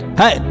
hey